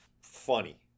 Funny